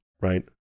Right